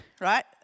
right